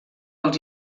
els